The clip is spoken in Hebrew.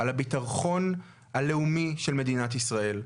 על הביטחון הלאומי של מדינת ישראל.